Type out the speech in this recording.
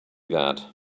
that